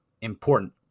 important